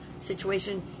situation